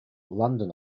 london